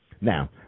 Now